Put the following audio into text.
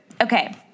Okay